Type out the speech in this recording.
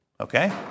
Okay